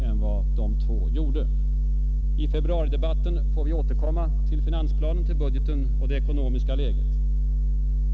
Under februaridebatten får vi återkomma till finansplanen, till budgeten och det ekonomiska läget.